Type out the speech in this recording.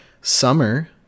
Summer